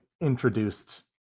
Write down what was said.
introduced